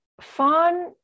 fawn